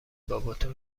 باباتو